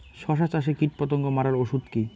শসা চাষে কীটপতঙ্গ মারার ওষুধ কি?